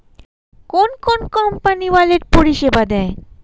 কোন কোন company wallet পরিষেবা দেয়?